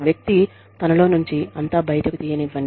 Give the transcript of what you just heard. వ్యక్తి తనలో నుంచి అంతా బయటకు తీయనివ్వండి